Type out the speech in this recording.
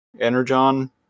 energon